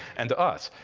and to us?